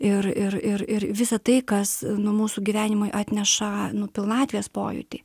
ir ir ir ir visa tai kas nu mūsų gyvenimui atneša nu pilnatvės pojūtį